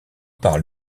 parle